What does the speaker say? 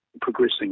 Progressing